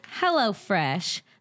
HelloFresh